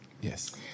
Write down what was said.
Yes